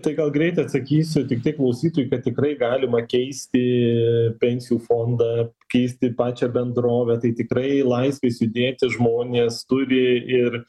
tai gal greit atsakysiu tik tiek klausytojui kad tikrai galima keisti pensijų fondą keisti pačią bendrovę tai tikrai laisvės judėti žmonės turi ir